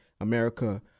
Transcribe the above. America